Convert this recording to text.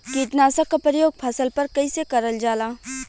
कीटनाशक क प्रयोग फसल पर कइसे करल जाला?